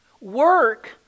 Work